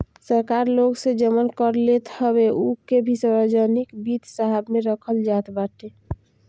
सरकार लोग से जवन कर लेत हवे उ के भी सार्वजनिक वित्त हिसाब में रखल जात बाटे